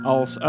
Als